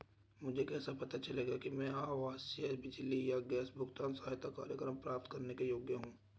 मुझे कैसे पता चलेगा कि मैं आवासीय बिजली या गैस भुगतान सहायता कार्यक्रम प्राप्त करने के योग्य हूँ?